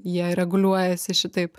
jie reguliuojasi šitaip